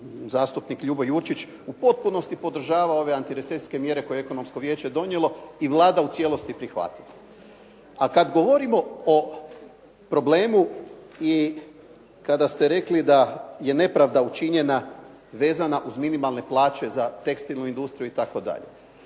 zastupnik Ljubo Jurčić u potpunosti podržava ove antirecesijske mjere koje je Ekonomsko vijeće donijelo i Vlada u cijelosti prihvatila. A kad govorimo o problemu i kada ste rekli da je nepravda učinjena vezana uz minimalne plaće za tekstilnu industriju itd.